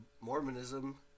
Mormonism